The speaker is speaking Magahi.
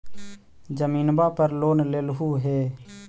जमीनवा पर लोन लेलहु हे?